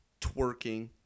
twerking